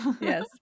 Yes